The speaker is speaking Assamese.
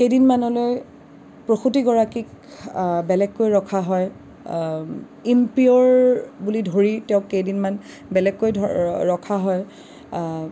কেইদিনমানলৈ প্ৰসূতীগৰাকীক বেলেগকৈ ৰখা হয় ইম্পিয়'ৰ বুলি ধৰি তেওঁক কেইদিনমান বেলেগকৈ ধ ৰখা হয়